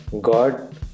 God